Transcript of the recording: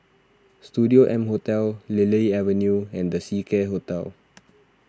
Studio M Hotel Lily Avenue and the Seacare Hotel